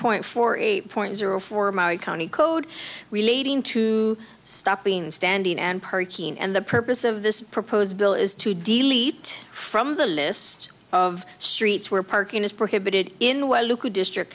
point four eight point zero for maori county code relating to stopping standing and parking and the purpose of this proposed bill is to delete from the list of streets where parking is prohibited in well look at district